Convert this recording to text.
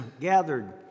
gathered